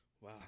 Wow